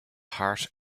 heart